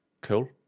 Cool